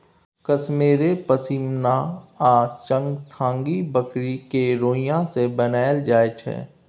कश्मेरे पश्मिना आ चंगथंगी बकरी केर रोइयाँ सँ बनाएल जाइ छै